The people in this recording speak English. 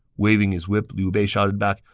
waving his whip, liu bei shouted back,